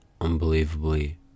unbelievably